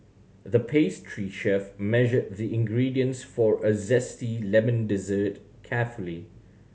the pastry chef measured the ingredients for a zesty lemon dessert carefully